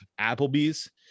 Applebee's